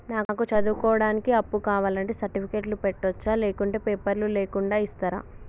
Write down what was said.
నాకు చదువుకోవడానికి అప్పు కావాలంటే సర్టిఫికెట్లు పెట్టొచ్చా లేకుంటే పేపర్లు లేకుండా ఇస్తరా?